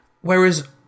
Whereas